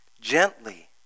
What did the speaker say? gently